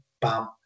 bam